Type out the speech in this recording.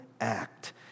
act